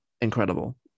incredible